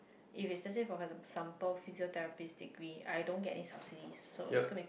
if it's let's say for example physiotherapist degree I don't get any subsidies so it's going to be quite